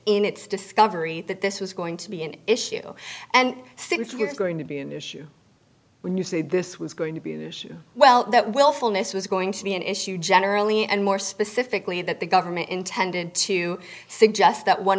in its discovery that this was going to be an issue and since you're going to be an issue when you say this was going to be the issue well that wilfulness was going to be an issue generally and more specifically that the government intended to suggest that one